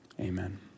amen